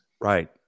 right